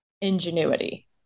ingenuity